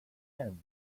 end